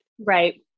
Right